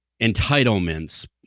entitlements